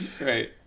Right